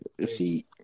see